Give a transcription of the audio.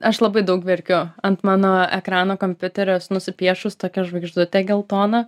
aš labai daug verkiu ant mano ekrano kompiuteriuos nusipiešus tokią žvaigždutę geltoną